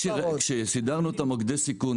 כאשר אנחנו סידרנו את מוקדי הסיכון,